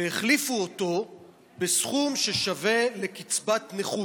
והחליפו אותו בסכום ששווה לקצבת נכות,